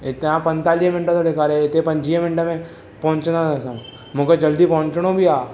हिता पंतालीह मिंट थो ॾेखारे हिते पंजुवीह मिंट में पहुचंदा असां मूंखे जल्दी पहुंचणो बि आहे